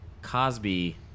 Cosby